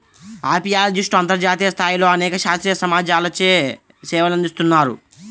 అపియాలజిస్ట్లు అంతర్జాతీయ స్థాయిలో అనేక శాస్త్రీయ సమాజాలచే సేవలందిస్తున్నారు